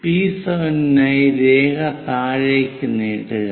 P 7 നായി രേഖ താഴേക്ക് നീട്ടുക